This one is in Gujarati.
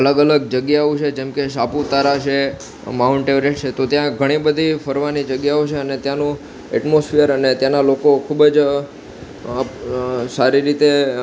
અલગ અલગ જગ્યાઓ છે જેમકે સાપુતારા છે માઉન્ટ એવરેસ્ટ છે તો ત્યાં ઘણીબધી ફરવાની જગ્યાઓ છે અને ત્યાંનું એટમોસ્ફિયર અને ત્યાંનાં લોકો ખૂબ જ સારી રીતે